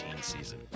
season